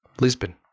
Lisbon